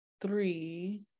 three